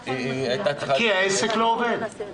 כי העסק לא עובד.